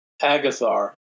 Agathar